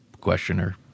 questioner